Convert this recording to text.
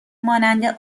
مانند